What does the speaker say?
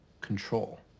Control